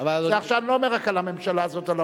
עכשיו זה לא אומר רק על הממשלה הזאת.